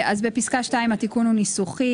בפסקה (2), התיקון הוא ניסוחי.